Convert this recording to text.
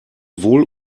wohl